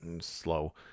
slow